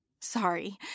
Sorry